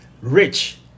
rich